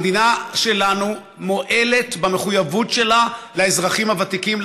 המדינה שלנו מועלת במחויבות שלה לאזרחים הוותיקים,